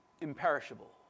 imperishable